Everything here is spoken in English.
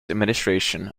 administration